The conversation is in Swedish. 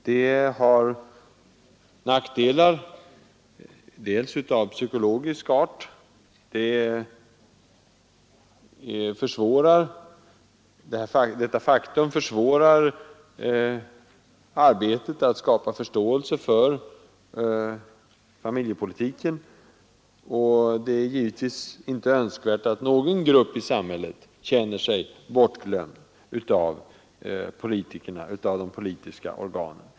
Det har nackdelar, bl.a. av psykologisk art, och det försvårar arbetet att skapa förståelse för familjepolitiken. Det är givetvis inte önskvärt att någon grupp i samhället känner sig bortglömd av de politiska organen.